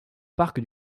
parc